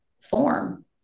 form